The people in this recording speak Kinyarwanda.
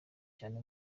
cyane